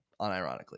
unironically